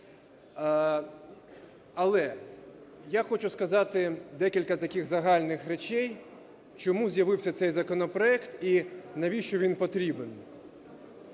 Але я хочу сказати декілька таких загальних речей, чому з'явився цей законопроект і навіщо він потрібен.